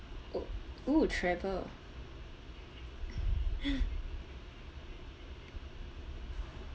oo travel